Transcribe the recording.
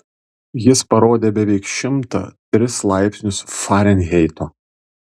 jis parodė beveik šimtą tris laipsnius farenheito